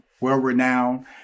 well-renowned